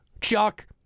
Chuck